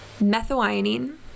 methionine